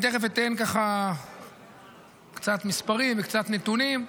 תכף אתן קצת מספרים וקצת נתונים,